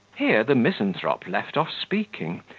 here the misanthrope left off speaking,